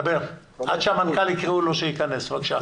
בבקשה.